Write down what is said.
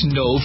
no